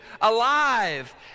alive